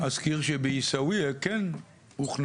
אני אזכיר שבעיסאוויה כן הוכנה,